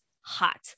hot